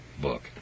book